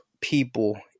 people